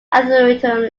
auditorium